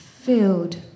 Filled